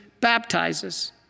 baptizes